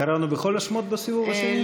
קראנו בכל השמות בסיבוב השני?